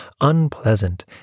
unpleasant